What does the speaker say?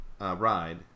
ride